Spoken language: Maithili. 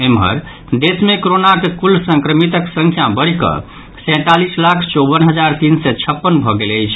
एम्हर देश मे कोरोनाक कुल संक्रमितक संख्या बढ़िकऽ सैंतालीस लाख चौवन हजार तीन सौ छप्पन भऽ गेल अछि